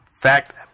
Fact